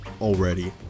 already